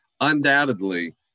undoubtedly